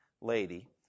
lady